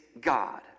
God